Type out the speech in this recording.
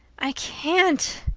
i can't.